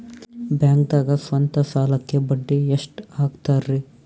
ಬ್ಯಾಂಕ್ದಾಗ ಸ್ವಂತ ಸಾಲಕ್ಕೆ ಬಡ್ಡಿ ಎಷ್ಟ್ ಹಕ್ತಾರಿ?